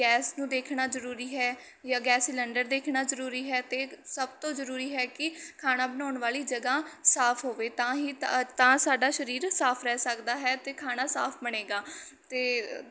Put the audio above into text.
gas ਨੂੰ ਦੇਖਣਾ ਜ਼ਰੂਰੀ ਹੈ ਜਾਂ ਗੈਸ ਸਿਲੰਡਰ ਦੇਖਣਾ ਜ਼ਰੂਰੀ ਹੈ ਅਤੇ ਇੱਕ ਸਭ ਤੋਂ ਜ਼ਰੂਰੀ ਹੈ ਕਿ ਖਾਣਾ ਬਣਾਉਣ ਵਾਲੀ ਜਗ੍ਹਾ ਸਾਫ ਹੋਵੇ ਤਾਂ ਹੀ ਤਾ ਤਾਂ ਸਾਡਾ ਸਰੀਰ ਸਾਫ ਰਹਿ ਸਕਦਾ ਹੈ ਅਤੇ ਖਾਣਾ ਸਾਫ ਬਣੇਗਾ ਅਤੇ